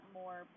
more